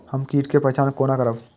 हम कीट के पहचान कोना करब?